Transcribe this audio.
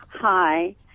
Hi